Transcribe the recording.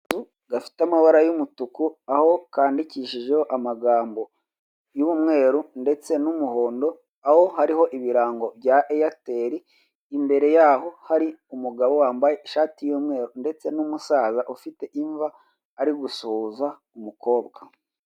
Akazu kafite amabara y'umutuku aho kandikishijeho amagambo y'umweru ndetse n'umuhondo, aho hariho ibirango bya Airtel, imbere yaho hariho umugabo wambaye ishati y'umweru ndetse n'umusaza ufite imvi ari gusuhuza umukobwa.